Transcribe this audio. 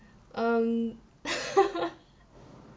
um